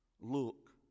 Look